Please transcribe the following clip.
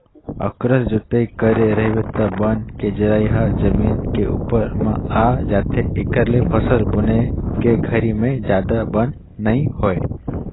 अकरस जोतई करे रहिबे त बन के जरई ह जमीन के उप्पर म आ जाथे, एखरे ले फसल बुने के घरी में जादा बन नइ होय